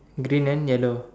green and yellow